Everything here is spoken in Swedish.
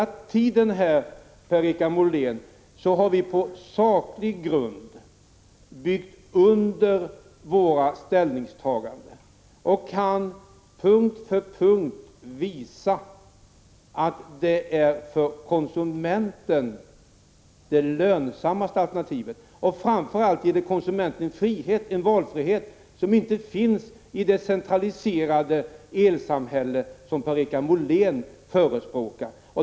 Per-Richard Molén, vi har hela tiden på saklig grund byggt under vårt ställningstagande och kan punkt för punkt visa att det är för konsumenten det lönsammaste alternativet. Framför allt ger det konsumenten en valfrihet som inte finns i det centraliserade elsamhälle som Per-Richard Molén förespråkar.